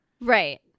right